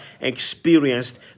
experienced